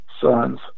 sons